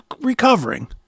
recovering